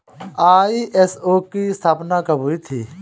ISO की स्थापना कब हुई थी?